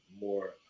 more